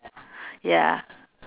ya